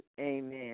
Amen